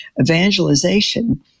Evangelization